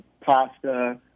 pasta